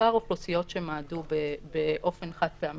בעיקר אוכלוסיות שמעדו באופן חד פעמי.